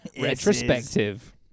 retrospective